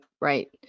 right